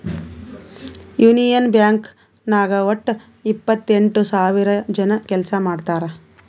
union Bank ನಾಗ್ ವಟ್ಟ ಎಪ್ಪತ್ತೆಂಟು ಸಾವಿರ ಜನ ಕೆಲ್ಸಾ ಮಾಡ್ತಾರ್